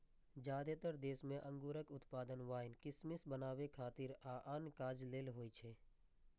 जादेतर देश मे अंगूरक उत्पादन वाइन, किशमिश बनबै खातिर आ आन काज लेल होइ छै